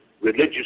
religious